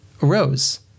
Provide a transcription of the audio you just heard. rose